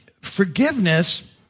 forgiveness